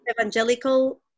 Evangelical